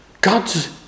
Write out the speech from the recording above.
God's